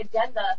agenda